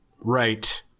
Right